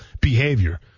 behavior